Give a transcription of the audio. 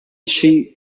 she